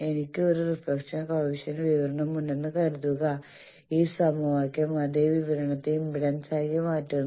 എനിക്ക് ഒരു reflection coefficient വിവരണം ഉണ്ടെന്ന് കരുതുക ഈ സമവാക്യം അതേ വിവരണത്തെ ഇംപെഡൻസാക്കി മാറ്റുന്നു